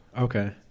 Okay